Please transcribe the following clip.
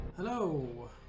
Hello